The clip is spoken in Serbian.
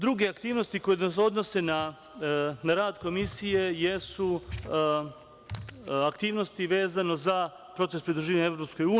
Druge aktivnosti koje se odnose na rad Komisije jesu aktivnosti vezano za proces pridruživanja EU.